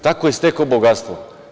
Tako je stekao bogatstvo.